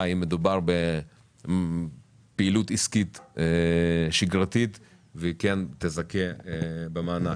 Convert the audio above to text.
אם מדובר בפעילות עסקית שגרתית והיא כן תזכה במענק.